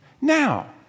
Now